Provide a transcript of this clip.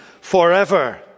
forever